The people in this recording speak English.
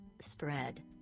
spread